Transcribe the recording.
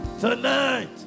tonight